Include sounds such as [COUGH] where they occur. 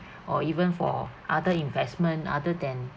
[BREATH] or even for other investment other than